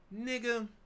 Nigga